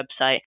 website